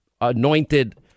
anointed